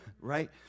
right